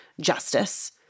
justice